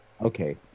Okay